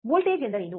voltage ಎಂದರೇನು